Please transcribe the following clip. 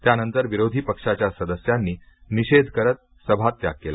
त्यानंतर विरोधी पक्षाच्या सदस्यांनी निषेध करत सभात्याग केला